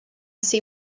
see